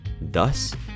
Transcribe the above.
Thus